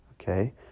Okay